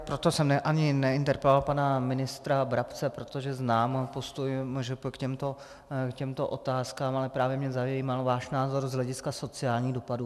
Proto jsem ani neinterpeloval pana ministra Brabce, protože znám postoj MŽP k těmto otázkám, ale právě mě zajímal váš názor z hlediska sociálních dopadů.